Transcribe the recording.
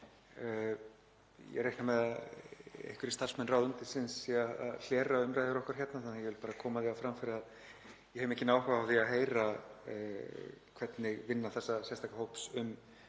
Ég reikna með að einhverjir starfsmenn ráðuneytisins séu að hlera umræður okkar hér og vil bara koma því á framfæri að ég hef mikinn áhuga á að heyra hvernig vinnu þessa sérstaka hóps um